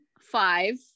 five